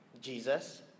Jesus